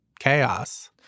chaos